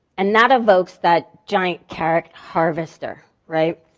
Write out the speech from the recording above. and that evokes that giant carrot harvester, right.